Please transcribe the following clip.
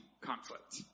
conflict